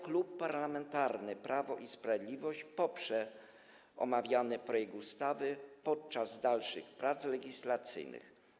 Klub Parlamentarny Prawo i Sprawiedliwość poprze omawiany projekt ustawy podczas dalszych prac legislacyjnych.